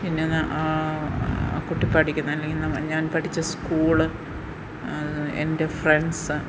പിന്നെ ആ കുട്ടി പഠിക്കുന്നത് അല്ലെങ്കിൽ ഞാൻ പഠിച്ച സ്കൂള് എൻ്റെ ഫ്രണ്ട്സ്